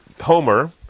Homer